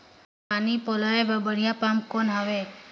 पानी पलोय बर बढ़िया पम्प कौन हवय?